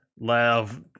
Love